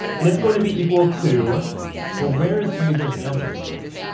and it's going to be equal to well, where is the user's answer stored?